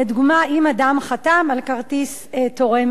אם אדם חתם על כרטיס תורם "אדי";